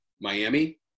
Miami